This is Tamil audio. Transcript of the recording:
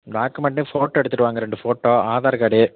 டாக்குமண்ட்டு ஃபோட்டோ எடுத்துகிட்டு வாங்க ரெண்டு ஃபோட்டோ ஆதார் கார்டு